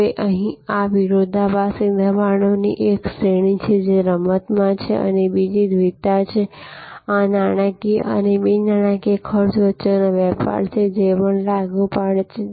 હવે અહીં આ વિરોધાભાસી દબાણોની એક શ્રેણી છે જે રમતમાં છે અને આ બીજી દ્વિતા છે આ નાણાકીય અને બિન નાણાકીય ખર્ચ વચ્ચેનો વેપાર છે જે પણ લાગુ પડે છે